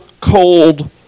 cold